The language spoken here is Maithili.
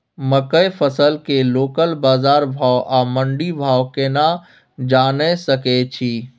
मकई फसल के लोकल बाजार भाव आ मंडी भाव केना जानय सकै छी?